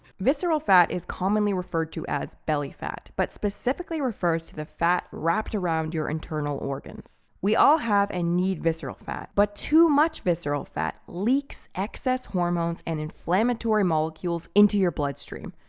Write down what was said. visceral fat is commonly referred to as belly fat but specifically refers to the fat wrapped around your internal organs. we all have and need visceral fat but too much visceral fat leaks excess hormones and inflammatory molecules into your bloodstream,